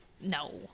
No